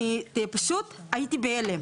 אני פשוט הייתי בהלם.